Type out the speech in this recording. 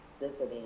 visiting